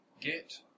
Get